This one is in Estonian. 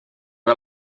või